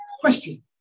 Question